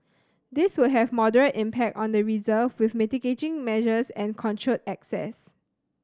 these would have moderate impact on the reserve with mitigating measures and controlled access